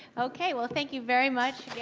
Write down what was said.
okay, well thank you very much